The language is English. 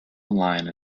online